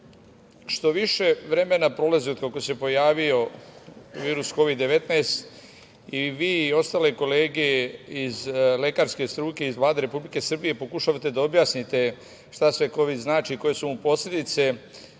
Što više vremena prolazi od kako se pojavio virus Kovid 19, i vi i ostale kolege iz lekarske struke iz Vlade Republike Srbije pokušavate da objasnite šta sve kovid znači i koje su mu posledice.